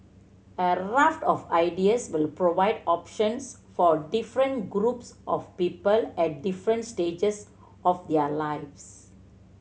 a raft of ideas will provide options for different groups of people at different stages of their lives